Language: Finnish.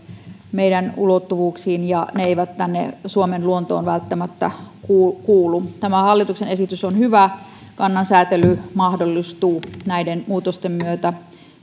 meidän ulottuvuuksiimme ja ne eivät tänne suomen luontoon välttämättä kuulu hallituksen esitys on hyvä kannansäätely mahdollistuu näiden muutosten myötä